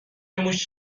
موش